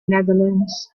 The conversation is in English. netherlands